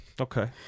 okay